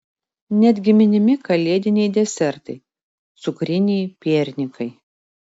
netgi minimi kalėdiniai desertai cukriniai piernikai